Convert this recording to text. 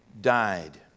died